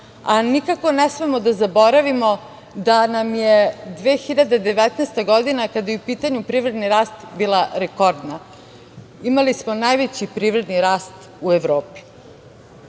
a nikako ne smemo da zaboravimo da nam je 2019. godina, kada je u pitanju privredni rast bila rekordna. Imali smo najveći privredni rast u Evropi. Kada